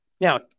Now